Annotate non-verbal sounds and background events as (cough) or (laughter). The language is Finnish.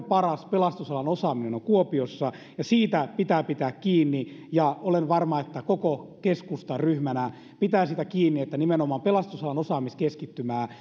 (unintelligible) paras pelastusalan osaaminen on kuopiossa ja siitä pitää pitää kiinni olen varma että koko keskusta ryhmänä pitää siitä kiinni että nimenomaan pelastusalan osaamiskeskittymää (unintelligible)